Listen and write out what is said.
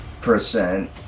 percent